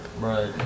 Right